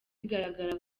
bigaragara